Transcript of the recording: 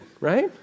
right